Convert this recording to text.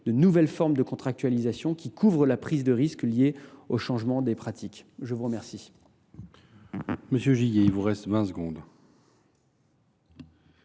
de nouvelles formes de contractualisation couvrant la prise de risque liée au changement des pratiques. La parole